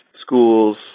schools